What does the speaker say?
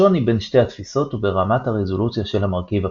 השוני בין שתי התפיסות הוא ברמת הרזולוציה של המרכיב הבסיסי.